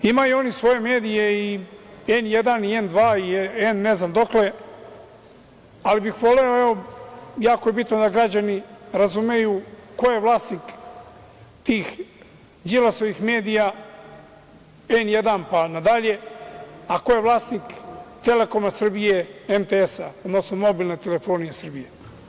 Imaju oni svoje medije, i N1 i N2 i N ne znam dokle, ali bih voleo da čujemo, i jako je bitno da građani razumeju, ko je vlasnik tih Đilasovih medija, N1 pa nadalje, a ko je vlasnik „Telekoma Srbije“, MTS-a, odnosno Mobilne telefonije Srbije.